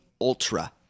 Ultra